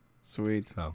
Sweet